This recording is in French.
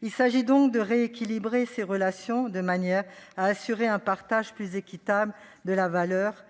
Il s'agit donc de rééquilibrer ces relations, de manière à assurer un partage plus équitable de la valeur